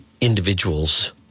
individuals